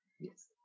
yes